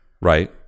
Right